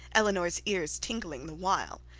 eleanor's ears tingling the while.